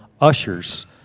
ushers